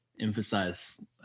emphasize